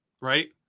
right